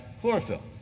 chlorophyll